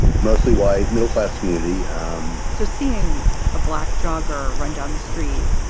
mostly white, middle class community um so seeing a black jogger run down the street,